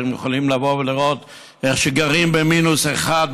אתם יכולים לבוא ולראות איך שגרים במינוס 1,